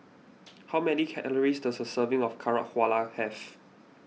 how many calories does a serving of Carrot have